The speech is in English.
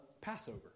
Passover